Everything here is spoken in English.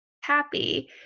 happy